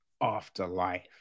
Afterlife